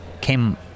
came